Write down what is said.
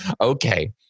Okay